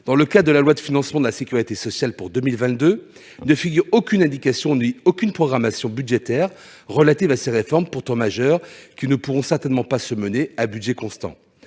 constater que la loi de financement de la sécurité sociale pour 2022 ne fait apparaître aucune indication ni aucune programmation budgétaire relative à ces réformes, pourtant majeures, qui ne pourront certainement pas se mener à budget constant.